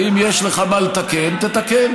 ואם יש לך מה לתקן, תתקן.